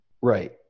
Right